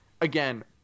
again